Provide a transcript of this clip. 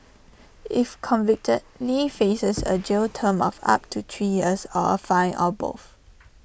if convicted lee faces A jail term of up to three years or A fine or both